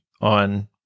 on